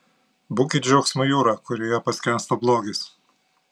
būkit džiaugsmo jūra kurioje paskęsta blogis